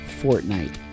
Fortnite